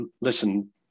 listen